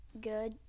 Good